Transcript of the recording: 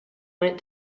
went